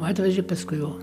atvežė paskui jau